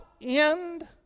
end